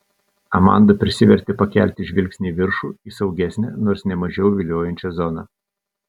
amanda prisivertė pakelti žvilgsnį į viršų į saugesnę nors ne mažiau viliojančią zoną